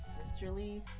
sisterly